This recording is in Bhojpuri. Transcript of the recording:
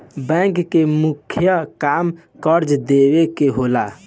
बैंक के मुख्य काम कर्जा देवे के होला